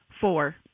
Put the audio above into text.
Four